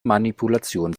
manipulation